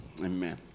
Amen